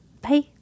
Bye